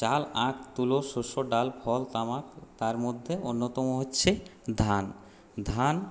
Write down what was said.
চাল আখ তুলো শস্য ডাল ফল তামাক তার মধ্যে অন্যতম হচ্ছে ধান ধান